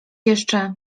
jeszcze